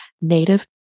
native